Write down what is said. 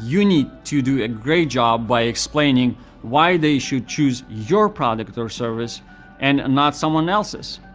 you need to do a great job by explaining why they should choose your product or service and not someone else's.